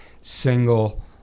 single